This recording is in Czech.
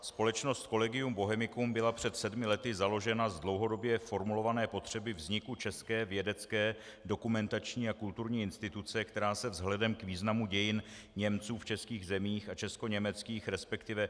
Společnost Collegium Bohemicum byla před sedmi lety založena z dlouhodobě formulované potřeby vzniku české vědecké, dokumentační a kulturní instituce, která se vzhledem k významu dějin Němců v českých zemích a českoněmeckých resp.